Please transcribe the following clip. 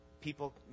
people